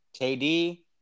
KD